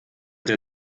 der